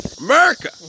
America